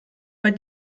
bei